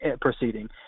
proceeding